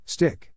Stick